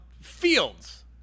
fields